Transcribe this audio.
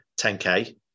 10K